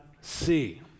see